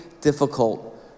difficult